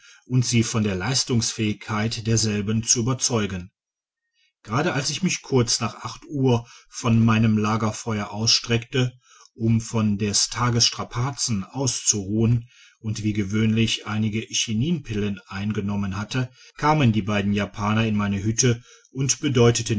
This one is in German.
und sie von der leistungsfähigkeit derselben zu überzeugen gerade als ich mich kurz nach uhr vor meinem lagerfeuer ausstreckte um von des tages strapazen auszuruhen und wie gewöhnlich einige chininpillen eingenommen hatte kamen die beiden japaner in meine hütte und bedeuteten